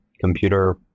computer